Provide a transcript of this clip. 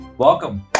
Welcome